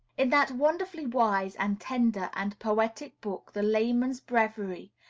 in that wonderfully wise and tender and poetic book, the layman's breviary,